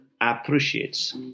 appreciates